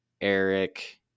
Eric